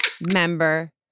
member